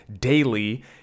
daily